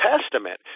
Testament